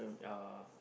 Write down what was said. yeah